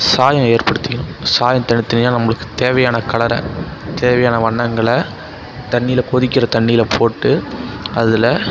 சாயம் ஏற்படுத்திக்கணும் சாயத்தை எடுத்து நம்மளுக்கு தேவையான கலரை தேவையான வண்ணங்களை தண்ணியில் கொதிக்கிற தண்ணியில் போட்டு அதில்